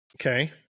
Okay